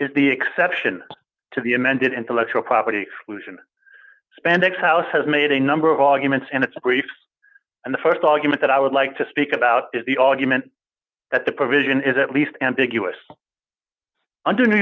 is the exception to the amended intellectual property lucian spandex house has made a number of arguments and it's a brief and the st argument that i would like to speak about is the argument that the provision is at least ambiguous under new